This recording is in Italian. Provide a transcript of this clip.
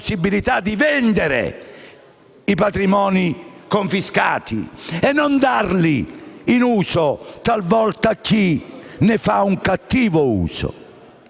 di vendere i patrimoni confiscati e non dati in uso talvolta a chi ne fa un cattivo uso.